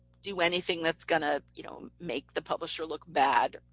do anything that's going ah you know make the publisher look bad,